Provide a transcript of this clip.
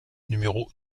numéro